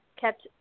kept